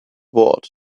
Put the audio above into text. bored